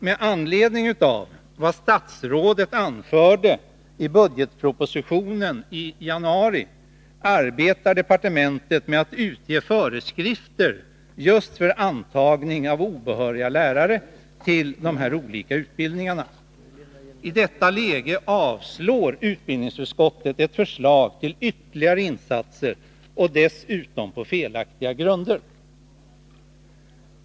Med anledning av vad statsrådet anförde i den budgetproposition som framlades i januari arbetar departementet med att utge föreskrifter just för antagning av obehöriga lärare till de olika utbildningarna. I detta läge avstyrker utbildningsutskottet ett förslag om ytterligare insatser, och dessutom på felaktiga grunder!